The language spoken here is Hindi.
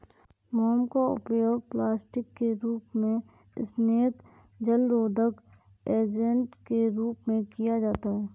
मोम का उपयोग प्लास्टिक के रूप में, स्नेहक, जलरोधक एजेंट के रूप में किया जाता है